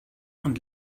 und